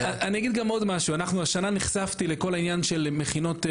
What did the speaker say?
כן, אנחנו השנה נחשפנו לכל העניין של מכינות.